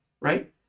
right